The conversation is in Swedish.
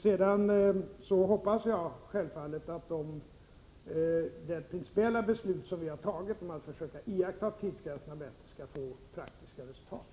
Jag hoppas självfallet att det principiella beslut regeringen har fattat om att försöka iaktta tidsgränserna bättre skall få praktiska resultat.